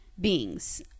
beings